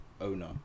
owner